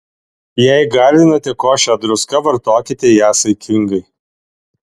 jei gardinate košę druska vartokite ją saikingai